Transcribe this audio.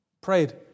prayed